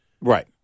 right